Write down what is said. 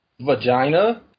vagina